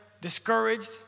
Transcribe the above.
discouraged